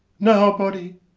now, body,